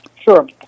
Sure